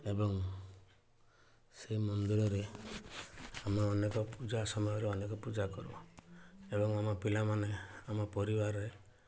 ଏବଂ ସେ ମନ୍ଦିରରେ ଆମେ ଅନେକ ପୂଜା ସମୟରେ ଅନେକ ପୂଜା କରୁ ଏବଂ ଆମ ପିଲାମାନେ ଆମ ପରିବାରରେ